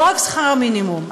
לא רק שכר המינימום,